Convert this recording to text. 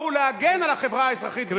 כדי לשמור ולהגן על החברה האזרחית בישראל,